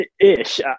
ish